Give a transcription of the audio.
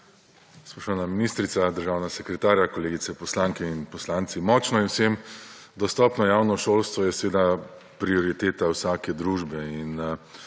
Spoštovana ministrica, državna sekretarja, kolegice poslanke in poslanci! Močno in vsem dostopno javno šolstvo je prioriteta vsake družbe.